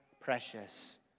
precious